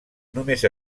només